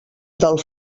del